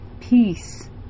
Peace